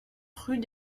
rue